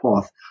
path